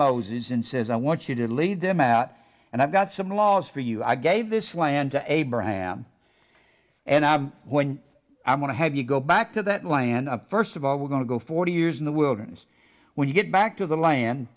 moses and says i want you to lead them out and i've got some laws for you i gave this land to abraham and when i'm going to have you go back to that land of first of all we're going to go forty years in the wilderness when you get back to the land